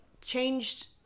changed